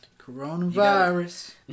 Coronavirus